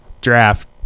draft